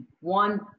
one